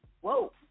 whoa